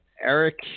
Eric